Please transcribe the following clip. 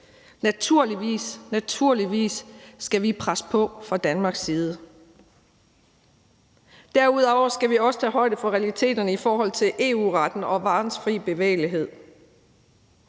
i fællesskab. Naturligvis skal vi presse på fra Danmarks side. Derudover skal vi også tage højde for realiteterne i forhold til EU-retten og varernes fri bevægelighed.